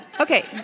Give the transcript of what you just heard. Okay